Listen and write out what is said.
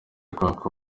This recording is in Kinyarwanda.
kwaka